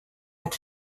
had